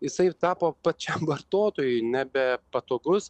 jisai tapo pačiam vartotojui nebe patogus